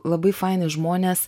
labai faini žmonės